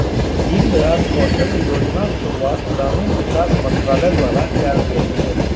दीनदयाल कौशल्य योजनाक शुरुआत ग्रामीण विकास मंत्रालय द्वारा कैल गेल छै